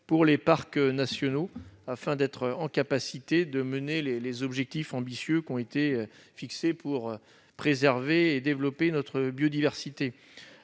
des parcs nationaux, afin d'atteindre les objectifs ambitieux qui ont été fixés pour préserver et développer notre biodiversité.